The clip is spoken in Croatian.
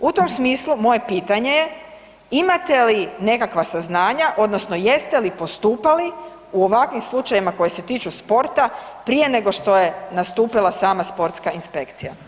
U tom smislu, moje pitanje je imate li nekakva saznanja, odnosno jeste li postupali u ovakvim slučajevima koji se tiču sporta prije nego što je nastupila sama sportska inspekcija?